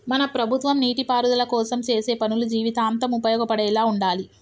మన ప్రభుత్వం నీటిపారుదల కోసం చేసే పనులు జీవితాంతం ఉపయోగపడేలా ఉండాలి